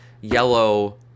yellow